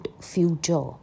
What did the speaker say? future